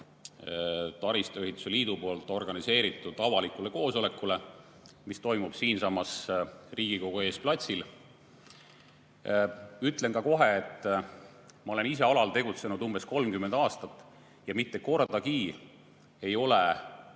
taristuehituse liidu organiseeritud avalikule koosolekule, mis toimub siinsamas Riigikogu ees platsil. Ütlen kohe, et ma olen ise sel alal tegutsenud umbes 30 aastat ja mitte kordagi ei ole tekkinud